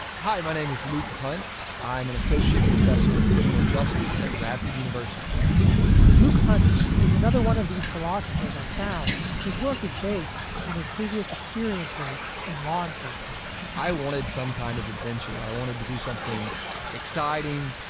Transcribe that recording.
hi, my name is luke hunt. i'm an associate professor of criminal justice at radford university luke hunt is another one of these philosophers i found whose work is based on his previous experiences in law enforcement i wanted some kind of adventure. i wanted to do something exciting.